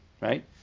right